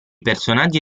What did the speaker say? personaggi